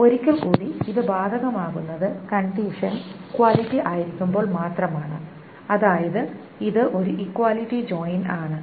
ഒരിക്കൽ കൂടി ഇത് ബാധകമാകുന്നത് കണ്ടിഷൻ ഈക്വാലിറ്റി ആയിരിക്കുമ്പോൾ മാത്രമാണ് അതായത് ഇത് ഒരു ഈക്വാലിറ്റി ജോയിൻ ആണ്